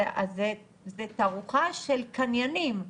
זו תערוכה של קניינים,